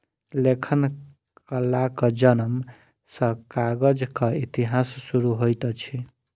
लेखन कलाक जनम सॅ कागजक इतिहास शुरू होइत अछि